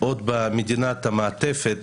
עוד במדינת המעטפת,